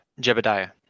Jebediah